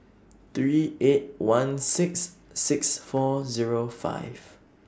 three eight one six six four Zero five